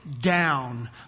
down